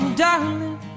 darling